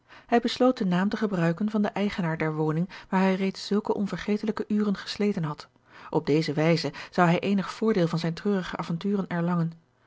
besloot den naam te gebruiken van den eigenaar der woning waar hij reeds zulke onvergetelijke uren gesleten had op deze wijze zou hij eenig voordeel van zijne treurige avonturen erlangen